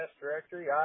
directory